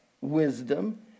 wisdom